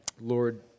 Lord